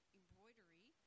embroidery